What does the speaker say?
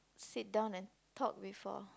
sit down and talk before